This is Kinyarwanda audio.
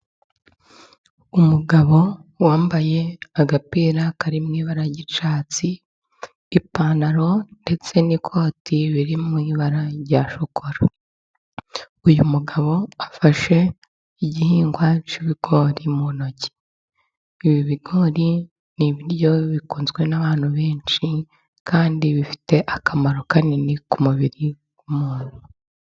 Umugabo wambaye agapira kari mu ibara ry'icyatsi, ipantaro ndetse n'ikoti biri mu ibara rya shokora. Uyu mugabo afashe igihingwa cy'ibigori mu ntoki. Ibi bigori ni ibiryo bikunzwe n'abantu benshi, kandi bifite akamaro kanini ku mubiri w'umuntu.